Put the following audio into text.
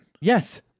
Yes